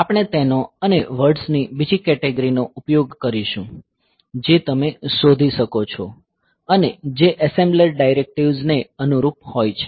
આપણે તેનો અને વર્ડ્સની બીજી કેટેગરીનો ઉપયોગ કરીશું જે તમે શોધી શકો છો અને જે એસેમ્બલર ડાયરેકટિવ્સ ને અનુરૂપ હોય છે